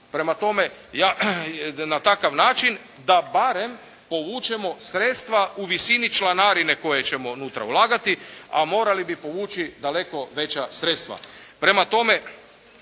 napraviti na takav način da barem povučemo sredstva u visini članarine koje ćemo unutra ulagati, a morali bi povući daleko veća sredstva.